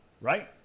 right